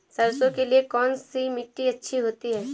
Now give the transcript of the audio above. सरसो के लिए कौन सी मिट्टी अच्छी होती है?